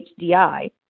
HDI